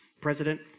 president